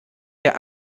der